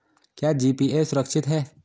क्या जी.पी.ए सुरक्षित है?